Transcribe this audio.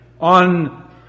on